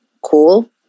cool